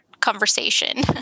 conversation